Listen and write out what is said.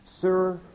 Sir